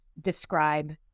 describe